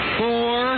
four